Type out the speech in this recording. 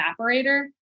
evaporator